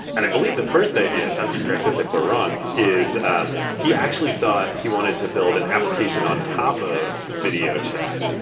and i believe the first idea, santi correct us if weaeurre wrong, is um he actually thought he wanted to build an application on top of video chat.